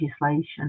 legislation